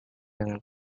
dengan